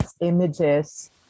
images